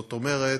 זאת אומרת,